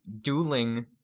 dueling